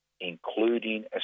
including